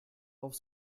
auf